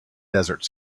desert